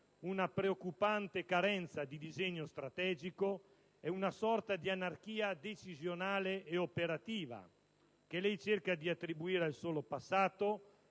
Una preoccupante carenza di disegno strategico ed una sorta di anarchia decisionale ed operativa, che il Ministro cerca di attribuire al solo passato